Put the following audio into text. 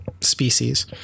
species